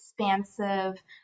expansive